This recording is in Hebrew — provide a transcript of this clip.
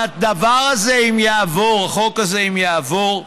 הדבר הזה, אם יעבור, החוק הזה, אם יעבור,